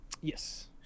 Yes